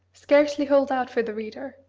scarcely hold out for the reader,